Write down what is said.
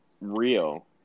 real